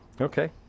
Okay